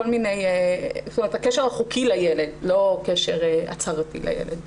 מדובר בקשר החוקי לילד, לא קשר הצהרתי לילד.